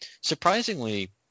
Surprisingly